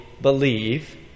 believe